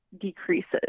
decreases